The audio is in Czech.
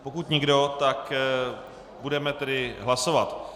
Pokud nikdo, tak budeme tedy hlasovat.